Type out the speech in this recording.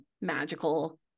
magical